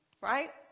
Right